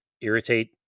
irritate